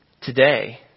today